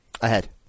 Ahead